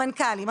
המנכ"לים,